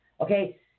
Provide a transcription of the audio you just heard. okay